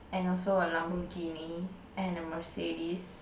and also a Lamborghini and a Mercedes